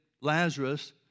Lazarus